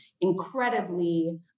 incredibly